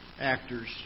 Actors